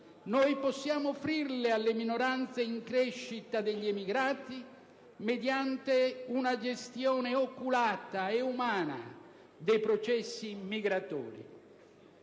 lo possiamo offrire alle minoranze in crescita degli immigrati mediante una gestione oculata ed umana dei processi migratori.